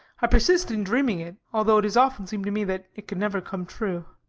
i persist in dreaming it, although it has often seemed to me that it could never come true.